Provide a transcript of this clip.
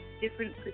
Different